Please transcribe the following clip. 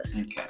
Okay